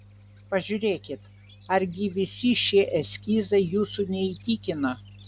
pažiūrėkit argi visi šie eskizai jūsų neįtikina